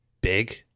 big